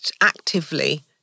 actively